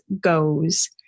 goes